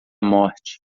morte